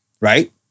Right